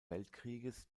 weltkrieges